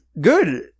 Good